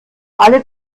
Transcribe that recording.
alle